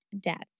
death